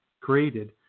created